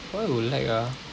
why will lag ah